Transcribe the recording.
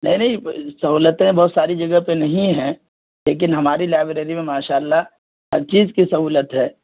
نہیں نہیں سہولتیں بہت ساری جگہ پہ نہیں ہیں لیکن ہماری لائبریری میں ماشاء اللہ ہر چیز کی سہولت ہے